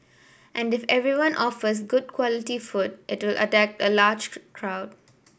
and if everyone offers good quality food it'll a larger crowd